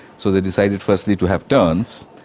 so they decided firstly to have turns,